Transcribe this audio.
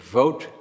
vote